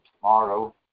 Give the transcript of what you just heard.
tomorrow